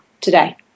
today